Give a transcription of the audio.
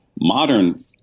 Modern